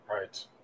right